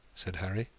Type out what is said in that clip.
said harry.